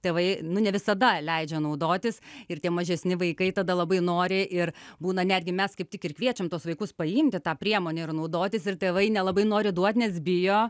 tėvai nu ne visada leidžia naudotis ir tie mažesni vaikai tada labai nori ir būna netgi mes kaip tik ir kviečiam tuos vaikus paimti tą priemonę ir naudotis ir tėvai nelabai nori duot nes bijo